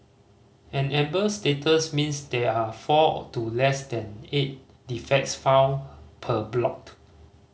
an amber status means there are four to less than eight defects found per block